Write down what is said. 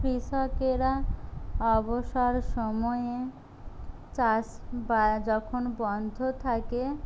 কৃষকেরা অবসর সময়ে চাষ বা যখন বন্ধ থাকে